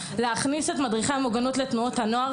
להכניס את מדריכי המוגנות לתנועות הנוער